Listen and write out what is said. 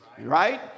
right